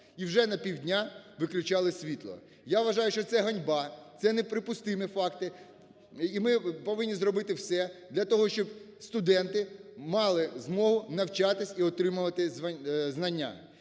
І вже на півдня виключали світло. Я вважаю, що це ганьба, це неприпустимі факти, і ми повинні зробити все для того, щоб студенти мали змогу навчатися і отримувати знання.